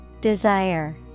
Desire